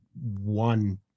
one